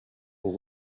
pour